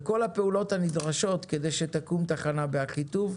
וכל הפעולות הנדרשות כדי שתקום תחנה באחיטוב.